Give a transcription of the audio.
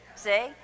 See